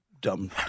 dumb